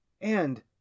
And